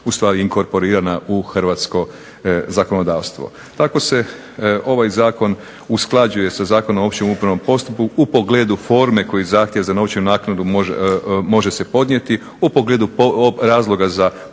ustvari inkorporirana u hrvatsko zakonodavstvo. Tako se ovaj zakon usklađuje sa Zakonom o općem upravnom postupku, u pogledu forme koji zahtjev za novčanu naknadu može se podnijeti, u pogledu razloga za povrat